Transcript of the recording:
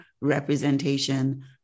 representation